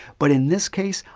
but in this case,